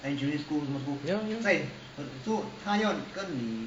ya ya